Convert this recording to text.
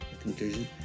conclusion